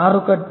ಮಾರುಕಟ್ಟೆ